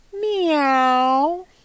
Meow